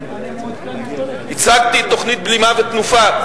הצגתי תוכנית בלימה ותנופה,